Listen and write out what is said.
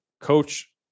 coach